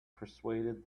persuaded